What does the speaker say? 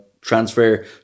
transfer